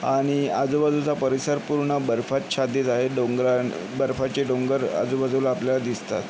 आणि आजुबाजूचा परिसर पूर्ण बर्फाच्छादित आहे डोंगर बर्फाचे डोंगर आजूबाजूला आपल्याला दिसतात